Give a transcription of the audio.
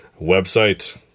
Website